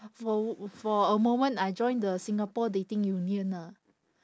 for for a moment I joined the singapore dating union ah